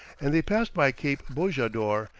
and they passed by cape bojador,